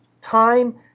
time